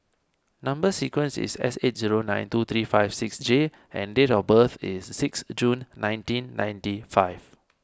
Number Sequence is S eight zero nine two three five six J and date of birth is six June nineteen ninety five